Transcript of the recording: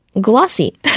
glossy